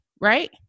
right